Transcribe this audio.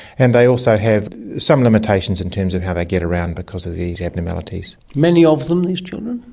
and they also have some limitations in terms of how they get around because of these abnormalities. many of them, these children?